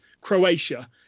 Croatia